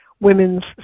Women's